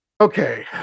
Okay